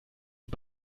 die